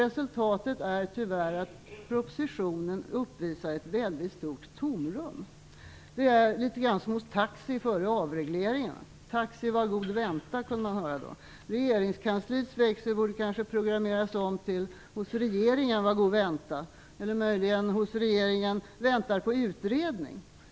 Resultatet är tyvärr att propositionen uppvisar ett väldigt stort tomrum. Det är litet grand som hos taxi före avregleringen. "Taxi, var god vänta", kunde man höra då. Regeringskansliets växel borde kanske programmeras om till "Hos regeringen, var god vänta", eller möjligen "Hos regeringen, vänta på utredning".